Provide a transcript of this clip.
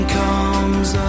comes